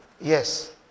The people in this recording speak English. Yes